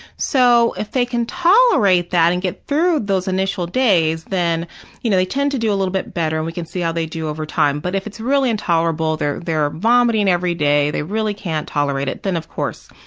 so if they can tolerate that and get through those initial days, then you know they tend it to do a little bit better and we can see how they do over time, but if it's really intolerable, they're they're vomiting every day, they really can't tolerate it, then of course,